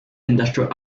industrial